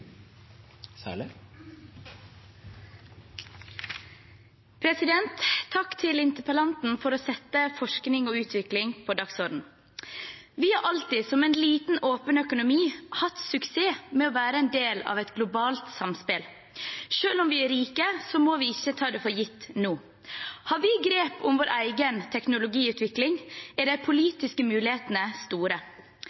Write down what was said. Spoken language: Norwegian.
til interpellanten for å sette forskning og utvikling på dagsordenen. Vi har alltid, som en liten og åpen økonomi, hatt suksess med å være en del av et globalt samspill. Selv om vi er rike, må vi ikke ta det for gitt nå. Har vi grep om vår egen teknologiutvikling, er de